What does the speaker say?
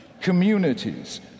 Communities